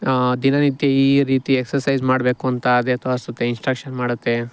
ದಿನನಿತ್ಯ ಈ ರೀತಿ ಎಕ್ಸಸೈಜ್ ಮಾಡಬೇಕು ಅಂತ ಅದೇ ತೋರಿಸುತ್ತೆ ಇನ್ಸ್ಟ್ರಕ್ಷನ್ ಮಾಡುತ್ತೆ